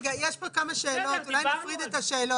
רגע, יש פה כמה שאלות, אולי נפריד את השאלות.